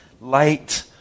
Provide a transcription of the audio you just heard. light